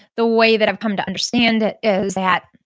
the way that i've come to understand it, is that